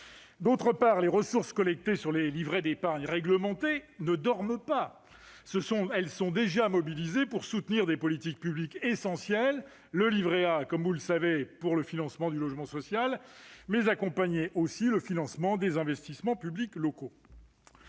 D'autre part, les ressources collectées sur les livrets d'épargne réglementés ne « dorment » pas, mais sont déjà mobilisées pour soutenir des politiques publiques essentielles. Le livret A, comme vous le savez, permet de financer le logement social et d'accompagner le financement des investissements publics locaux.